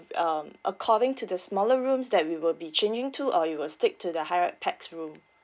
um according to the smaller rooms that we will be changing to or you will stick to the high rate pax room